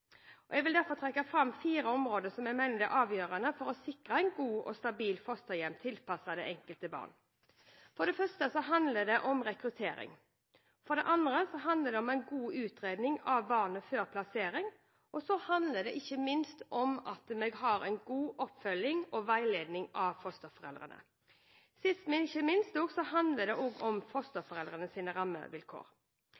med. Jeg vil trekke fram fire områder som jeg mener er avgjørende for å sikre gode og stabile fosterhjem tilpasset det enkelte barn. For det første handler det om rekruttering, for det andre handler det om en god utredning av barnet før plassering, og for det tredje handler det om god oppfølging og veiledning av fosterforeldrene. Sist, men ikke minst handler det om fosterforeldrenes rammevilkår. Det er barne-, ungdoms- og